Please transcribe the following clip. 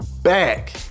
back